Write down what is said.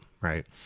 right